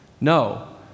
no